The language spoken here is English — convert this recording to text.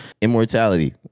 Immortality